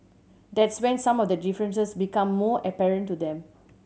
that's when some of the differences become more apparent to them